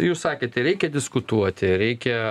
jūs sakėte reikia diskutuoti reikia